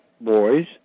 boys